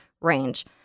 range